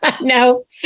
no